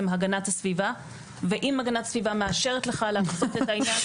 של הגנת הסביבה ואם הגנת הסביבה מאשרת לך לעשות את העניין.